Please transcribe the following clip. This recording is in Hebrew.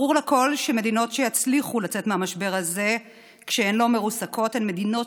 ברור לכול שמדינות שיצליחו לצאת מהמשבר הזה כשהן לא מרוסקות הן מדינות